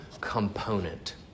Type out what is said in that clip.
component